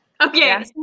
Okay